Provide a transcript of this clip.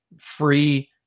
free